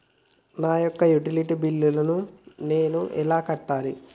నా యొక్క utility bill నేను ఎలా కట్టాలి?